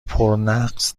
پرنقص